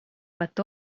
but